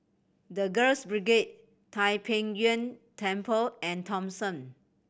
The Girls Brigade Tai Pei Yuen Temple and Thomson